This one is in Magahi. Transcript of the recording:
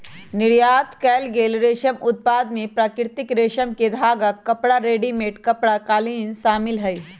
निर्यात कएल गेल रेशम उत्पाद में प्राकृतिक रेशम के धागा, कपड़ा, रेडीमेड कपड़ा, कालीन शामिल हई